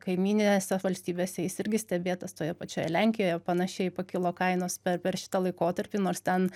kaimyninėse valstybėse jis irgi stebėtas toje pačioje lenkijoje panašiai pakilo kainos per per šitą laikotarpį nors ten